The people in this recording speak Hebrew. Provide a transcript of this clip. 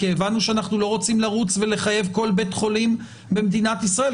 כי הבנו שאנחנו לא רוצים לרוץ ולחייב כל בית חולים במדינת ישראל,